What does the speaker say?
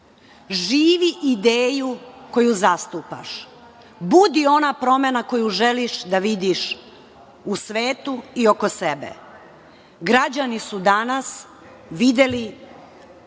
Živi ideju koju zastupaš. Budi ona promena koju želiš da vidiš u svetu i oko sebe. Građani su danas videli